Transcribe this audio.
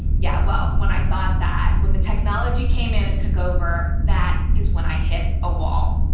yeah, well, when i thought that, when the technology came in and took over, that is when i hit a wall.